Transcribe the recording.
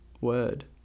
word